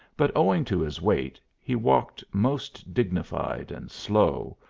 but, owing to his weight, he walked most dignified and slow,